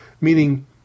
meaning